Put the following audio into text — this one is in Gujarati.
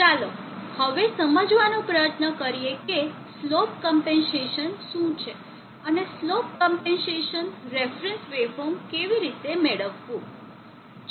ચાલો હવે સમજવાનો પ્રયત્ન કરીએ કે સ્લોપ ક્મ્પેન્સેસન શું છે અને સ્લોપ ક્મ્પેન્સેસન રેફરન્સ વેવફોર્મ કેવી રીતે મેળવવું